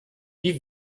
wie